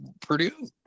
Purdue